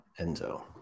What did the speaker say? Enzo